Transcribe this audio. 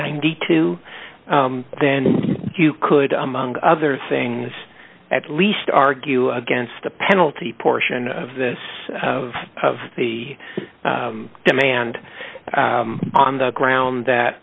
ninety two then you could among other things at least argue against the penalty portion of this of of the demand on the ground that